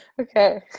Okay